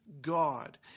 God